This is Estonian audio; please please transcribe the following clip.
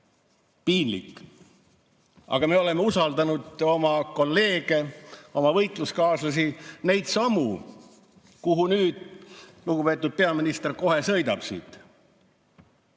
Piinlik! Aga me oleme usaldanud oma kolleege, oma võitluskaaslasi, neidsamu, [kelle juurde] nüüd lugupeetud peaminister kohe sõidab siit.